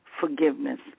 forgiveness